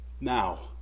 Now